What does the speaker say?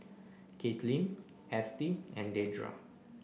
Caitlyn Estie and Dedra